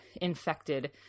infected